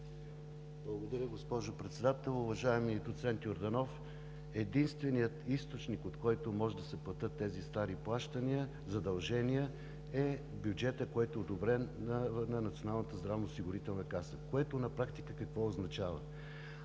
Благодаря, госпожо Председател. Уважаеми доцент Йорданов, единственият източник, от който може да се платят тези стари плащания – задължения, е бюджетът, който е одобрен на Националната здравноосигурителна каса. На практика какво означава?